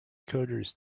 coders